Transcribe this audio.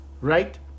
right